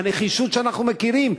הנחישות שאנחנו מכירים,